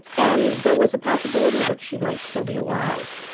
and there was a possibility that she might still be alive,